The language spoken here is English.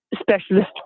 specialist